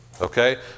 Okay